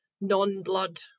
non-blood